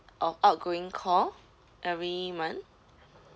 of outgoing call every month